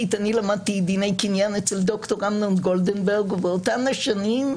מרגישה עוגמת נפש נוראה.